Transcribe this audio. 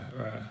right